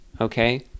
okay